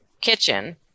Kitchen